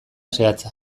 zehatza